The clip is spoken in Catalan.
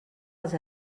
als